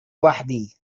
وحدي